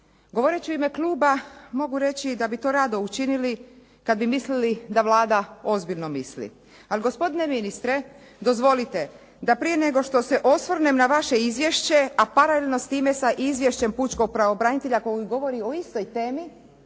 Govoreći u ime kluba mogu reći da bi to rado učinili kad bi mislili da Vlada ozbiljno misli. Ali gospodine ministre dozvolite da prije nego što se osvrnem na vaše izvješće, a paralelno s time sa izvješćem Pučkog pravobranitelja koji govori o istoj temi,